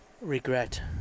regret